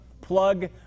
plug